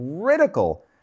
critical